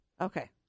Okay